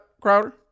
Crowder